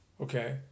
Okay